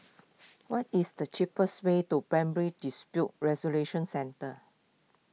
what is the cheapest way to Primary Dispute Resolution Centre